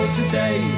today